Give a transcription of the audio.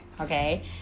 okay